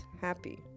happy